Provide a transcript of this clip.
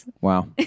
Wow